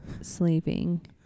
sleeping